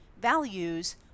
values